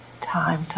time